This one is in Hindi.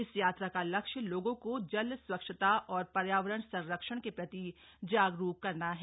इस यात्रा का लक्ष्य लोगों को जल स्वच्छता और पर्यावरण संरक्षण के प्रति जागरूक करना है